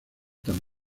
tan